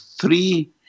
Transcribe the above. three